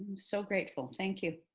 so grateful. thank you.